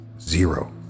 zero